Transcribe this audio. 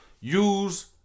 use